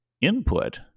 input